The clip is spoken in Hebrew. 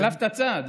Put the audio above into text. החלפת צד,